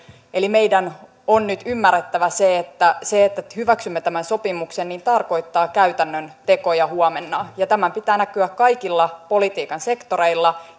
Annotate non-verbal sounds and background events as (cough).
eli meidän on nyt ymmärrettävä se että se että kun hyväksymme tämän sopimuksen se tarkoittaa käytännön tekoja huomenna tämän pitää näkyä kaikilla politiikan sektoreilla (unintelligible)